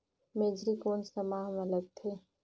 मेझरी कोन सा माह मां लगथे